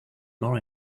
more